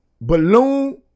balloon